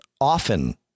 often